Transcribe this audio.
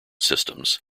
systems